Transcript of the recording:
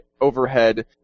overhead